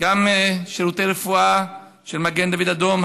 גם שירותי רפואה של מגן דוד אדום,